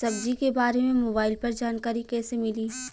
सब्जी के बारे मे मोबाइल पर जानकारी कईसे मिली?